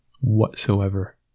whatsoever